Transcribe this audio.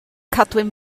cadwyn